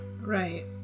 Right